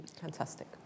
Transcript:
fantastic